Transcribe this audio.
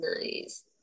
nice